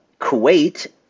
Kuwait